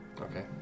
Okay